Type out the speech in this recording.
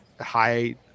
high